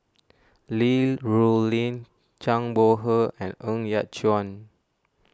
Li Rulin Zhang Bohe and Ng Yat Chuan